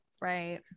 Right